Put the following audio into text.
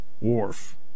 Wharf